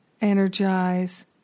energize